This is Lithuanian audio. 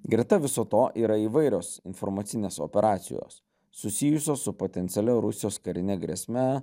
greta viso to yra įvairios informacinės operacijos susijusios su potencialia rusijos karine grėsme